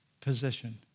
position